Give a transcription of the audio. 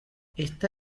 está